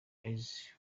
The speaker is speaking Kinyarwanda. eazi